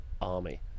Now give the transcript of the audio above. army